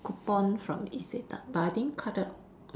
coupon from Isetan but I think